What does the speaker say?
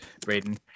Braden